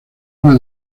una